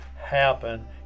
happen